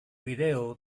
video